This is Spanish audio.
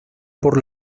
por